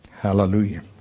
Hallelujah